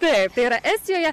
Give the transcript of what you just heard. taip tai yra estijoje